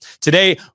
Today